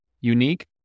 unique